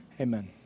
Amen